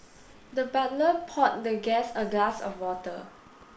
the butler poured the guest a glass of water